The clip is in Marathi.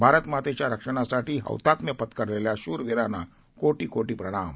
भारतमातेच्या रक्षणासाठी हौतात्म्य पत्करलेल्या शूरवीरांना कोटी कोटी प्रणाम